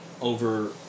over